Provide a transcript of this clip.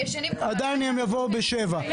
הם ישנים --- הם עדיין יבואו ב-07:00.